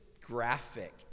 Graphic